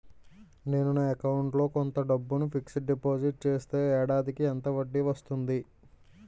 నేను నా అకౌంట్ లో కొంత డబ్బును ఫిక్సడ్ డెపోసిట్ చేస్తే ఏడాదికి ఎంత వడ్డీ వస్తుంది?